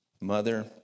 mother